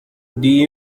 the